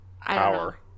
power